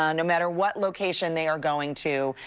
ah no matter what location they are going to,